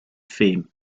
fame